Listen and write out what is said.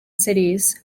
cities